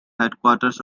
headquarters